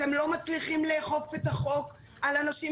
אתם לא מצליחים לאכוף את החוק על אנשים